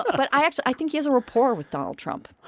but i actually i think he has a rapport with donald trump,